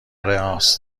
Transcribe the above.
رآس